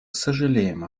сожалеем